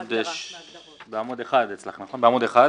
בעמוד 1,